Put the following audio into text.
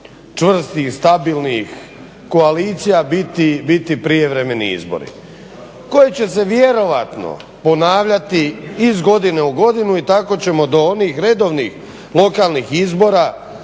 čvrstih stabilnih koalicija biti prijevremeni izbori koji će se vjerojatno ponavljati iz godine u godinu i tako ćemo do onih redovnih lokalnih izbora